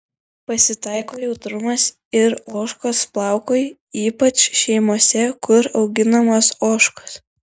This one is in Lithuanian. pasitaiko jautrumas ir ožkos plaukui ypač šeimose kur auginamos ožkos